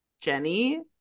Jenny